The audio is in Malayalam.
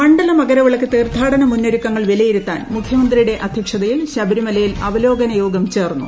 മണ്ഡല മകരവിളക്ക് തീർത്ഥാടന മുന്നൊരുക്കങ്ങൾ ന് വിലയിരുത്താൻ മുഖ്യമന്ത്രിയുടെ അധ്യക്ഷതയിൽ ശബരിമലയിൽ അവലോകന യോഗം ചേർന്നു